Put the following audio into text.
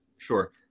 Sure